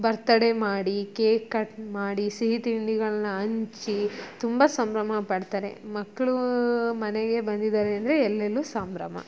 birthday ಮಾಡಿ cake cut ಮಾಡಿ ಸಿಹಿ ತಿಂಡಿಗಳನ್ನ ಹಂಚಿ ತುಂಬ ಸಂಭ್ರಮಪಡ್ತಾರೆ ಮಕ್ಕಳು ಮನೆಗೆ ಬಂದಿದ್ದಾರೆ ಅಂದರೆ ಎಲ್ಲೆಲ್ಲೂ ಸಂಭ್ರಮ